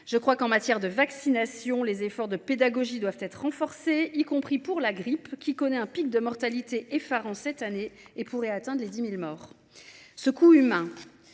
la méningite dans les collèges. Les efforts de pédagogie doivent être renforcés, y compris sur la grippe, qui connaît un pic de mortalité effarant cette année – on pourrait atteindre les 10 000 morts ! Ce coût humain